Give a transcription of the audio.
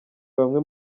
bamwe